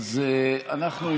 אז אנחנו,